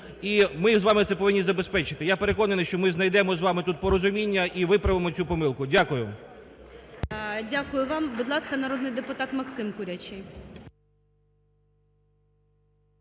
І ми з вами це повинні забезпечити. Я переконаний, що ми знайдемо з вами тут порозуміння і виправимо цю помилку. Дякую. ГОЛОВУЮЧИЙ. Дякую вам. Будь ласка, народний депутат Максим Курячий.